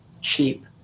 cheap